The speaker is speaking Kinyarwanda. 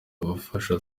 abafasha